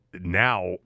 now